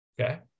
Okay